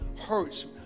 hurts